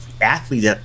athletes